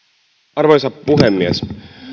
arvoisa puhemies